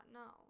no